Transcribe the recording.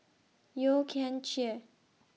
Yeo Kian Chye